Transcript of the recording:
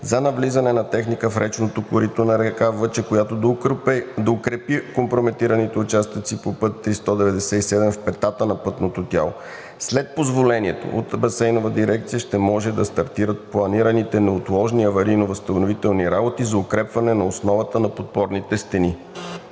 за навлизане на техника в речното корито на река Въча, която да укрепи компрометираните участъци по път III-197 в петата на пътното тяло. След позволението от Басейнова дирекция ще може да стартират планираните неотложни аварийно-възстановителни работи за укрепване на основата на подпорните стени.